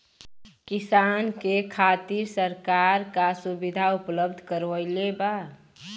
किसान के खातिर सरकार का सुविधा उपलब्ध करवले बा?